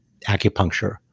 acupuncture